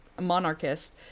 monarchist